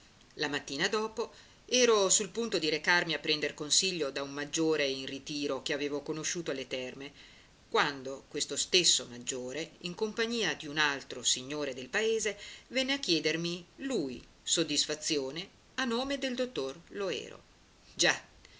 la mattina dopo ero sul punto di recarmi a prender consiglio da un maggiore in ritiro che avevo conosciuto alle terme quando questo stesso maggiore in compagnia di un altro signore del paese venne a chiedermi lui soddisfazione a nome del dottor loero già